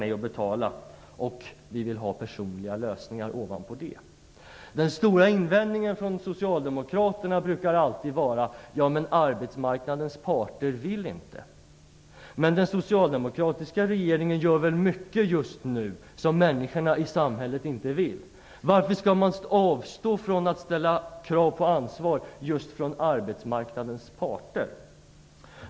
Ovanpå det vill vi ha personliga lösningar. Den stora invändningen från Socialdemokraterna brukar alltid vara: Arbetsmarknadens parter vill inte. Men den socialdemokratiska regeringen gör just nu mycket som människorna i samhället inte vill. Varför skall man avstå från att ställa krav på ansvar från arbetsmarknadens parter?